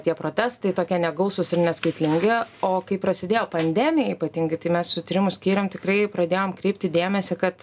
tie protestai tokie negausūs ir neskaitlingi o kai prasidėjo pandemija ypatingai tai mes su tyrimu skyrium tikrai pradėjom kreipti dėmesį kad